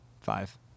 five